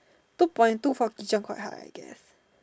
two point two for kitchen quite high I guess